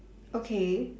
okay